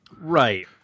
Right